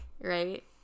right